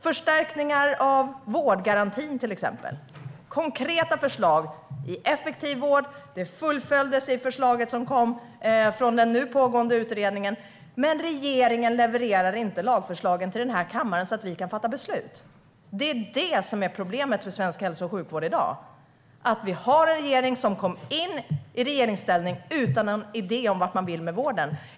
Förstärkningar av vårdgarantin är ett exempel. Det finns konkreta förslag för effektiv vård. Detta fullföljdes i förslaget som kom från den nu pågående utredningen, men regeringen har inte levererat lagförslag till denna kammare så att vi kan fatta beslut. Det är detta som är problemet för svensk hälso och sjukvård i dag. Vi har en regering som kom in i regeringsställning utan någon idé om vart man vill komma med vården.